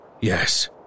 yes